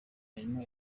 imirimo